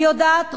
אני יודעת,